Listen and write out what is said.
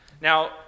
now